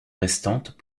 restantes